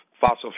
fossil